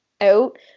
out